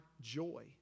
joy